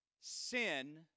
Sin